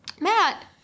Matt